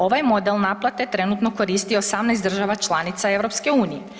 Ovaj model naplate trenutno koristi 18 država članica EU.